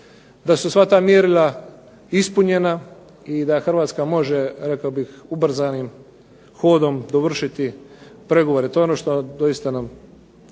da su sva ta mjerila ispunjena i da Hrvatska može rekao bih ubrzanim hodom dovršiti pregovore. To je ono što doista nam